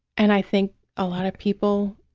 and i think a lot of people